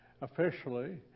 officially